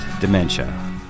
dementia